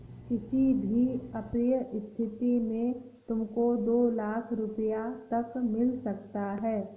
किसी भी अप्रिय स्थिति में तुमको दो लाख़ रूपया तक मिल सकता है